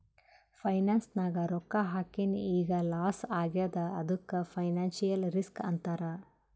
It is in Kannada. ಫೈನಾನ್ಸ್ ನಾಗ್ ರೊಕ್ಕಾ ಹಾಕಿನ್ ಈಗ್ ಲಾಸ್ ಆಗ್ಯಾದ್ ಅದ್ದುಕ್ ಫೈನಾನ್ಸಿಯಲ್ ರಿಸ್ಕ್ ಅಂತಾರ್